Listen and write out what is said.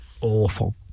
awful